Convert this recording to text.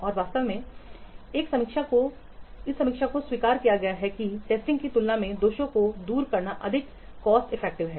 और वास्तव में एक समीक्षा को स्वीकार किया गया है कि टेस्टिंग की तुलना में दोषों को दूर करना अधिक कॉस्ट इफेक्टिव है